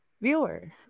viewers